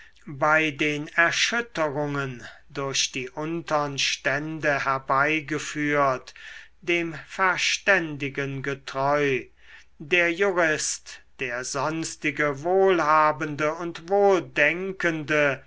bei den erschütterungen durch die untern stände herbeigeführt dem verständigen getreu der jurist der sonstige wohlhabende und